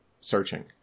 searching